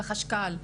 בחשכ"ל.